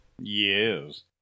Yes